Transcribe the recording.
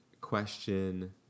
question